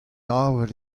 avel